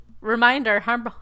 reminder